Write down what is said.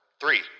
Three